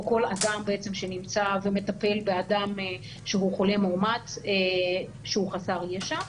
או כל אדם שנמצא או מטפל באדם שהוא חולה מאומת שהוא חסר ישע.